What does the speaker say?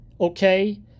okay